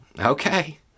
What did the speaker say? Okay